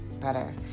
better